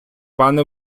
пане